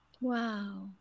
Wow